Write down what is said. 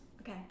Okay